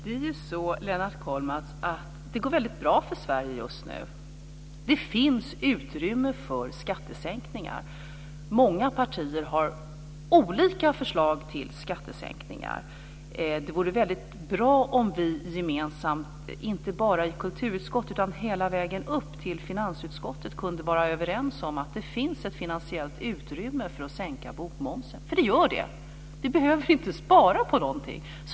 Fru talman! Det går ju väldigt bra för Sverige just nu, Lennart Kollmats. Det finns utrymme för skattesänkningar. Många partier har olika förslag till skattesänkningar. Det vore väldigt bra om vi gemensamt inte bara i kulturutskottet utan hela vägen upp till finansutskottet kunde vara överens om att det finns ett finansiellt utrymme för att sänka bokmomsen. Det gör ju det. Vi behöver alltså inte spara på någonting.